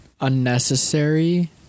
unnecessary